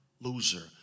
loser